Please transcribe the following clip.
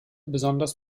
besonders